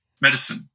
medicine